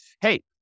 hey